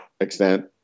extent